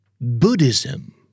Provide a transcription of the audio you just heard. Buddhism